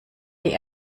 die